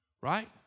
Right